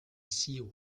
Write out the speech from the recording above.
sioux